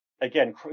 again